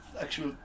actual